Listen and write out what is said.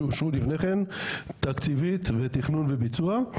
שאושרו לפני כן תקציבית של תכנון וביצוע.